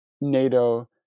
NATO